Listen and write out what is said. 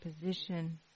position